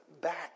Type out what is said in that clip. back